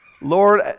Lord